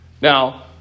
Now